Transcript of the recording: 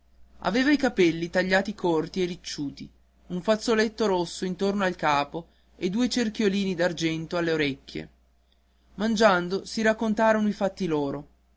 aveva i capelli tagliati corti e ricciuti un fazzoletto rosso intorno al capo e due cerchiolini d'argento alle orecchie mangiando si raccontarono i fatti loro